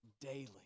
daily